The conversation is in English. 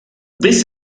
this